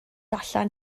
allan